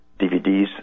DVDs